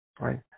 right